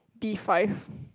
B five